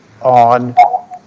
on